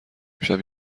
امشب